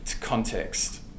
context